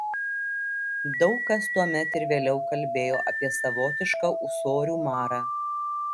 daug kas tuomet ir vėliau kalbėjo apie savotišką ūsorių marą